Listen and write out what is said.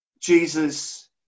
Jesus